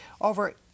over